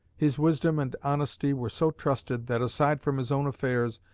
his wisdom and honesty were so trusted that, aside from his own affairs,